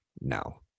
No